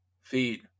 Feed